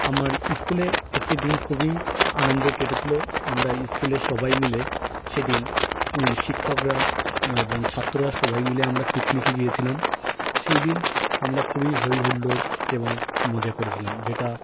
আমার স্কুলে একটি দিন খুবই আনন্দের কেটেছিল আমরা স্কুলের সবাই মিলে সেদিন এই শিক্ষকরা এবং ছাত্ররা সবাই মিলে আমরা পিকনিকে গিয়েছিলাম সেই দিন আমরা খুবই হইহুল্লোড় এবং মজা করেছিলাম যেটা